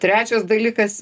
trečias dalykas